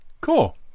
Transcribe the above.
cool